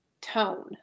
tone